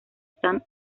stand